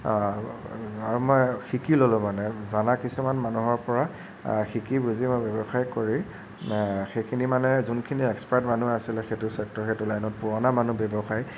আৰু মই শিকি ললোঁ মানে জানা কিছুমান মানুহৰ পৰা শিকি বুজি মই ব্য়ৱসায় কৰি মানে সেইখিনি মানে যোনখিনি এক্সপাৰ্ট মানুহ আছিলে সেইটো ছেক্টৰত সেইটো লাইনত পুৰণা মানুহ ব্য়ৱসায়ী